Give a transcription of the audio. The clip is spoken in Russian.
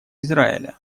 израиля